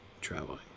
traveling